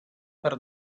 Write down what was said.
per